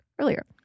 earlier